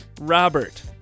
Robert